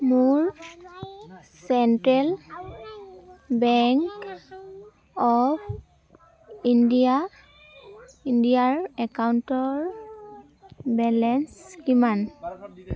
মোৰ Central Bank of India ইণ্ডিয়াৰ একাউণ্টৰ বেলেঞ্চ কিমান